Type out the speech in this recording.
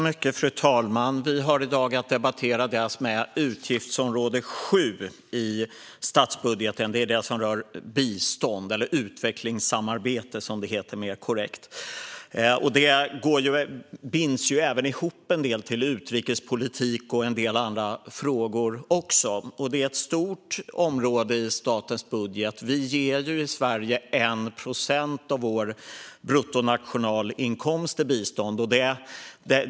Fru talman! Vi har nu att debattera utgiftsområde 7 i statsbudgeten. Det är det som rör bistånd eller utvecklingssamarbete, som det mer korrekt heter. Det binds även ihop en del med utrikespolitik och en del andra frågor, och det är ett stort område i statens budget. Vi ger i Sverige 1 procent av vår bruttonationalinkomst till bistånd.